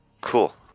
Cool